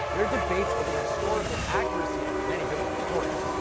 there are debates over the historical accuracy of many biblical stories.